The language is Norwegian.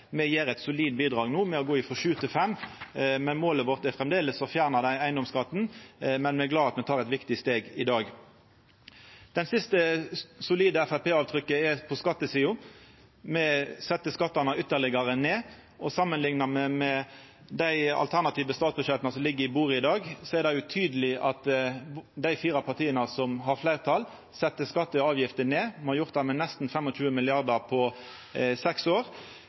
Me kjem med eit solid bidrag no, ved å gå frå sju til fem promille. Målet vårt er framleis å fjerna eigedomsskatten, men me er glade for at me tek eit viktig steg i dag. Det siste solide Framstegsparti-avtrykket er på skattesida. Me set skattane ytterlegare ned, og samanlikna med dei alternative statsbudsjetta som ligg på bordet i dag, er det tydeleg at dei fire partia som har fleirtal, set skatt og avgifter ned. Me har gjort det med nesten 25 mrd. kr på seks år,